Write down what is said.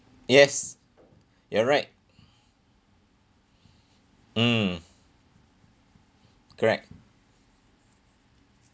yes you're right mm correct